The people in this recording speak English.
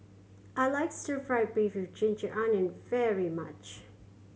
I like stir fried beef with ginger onion very much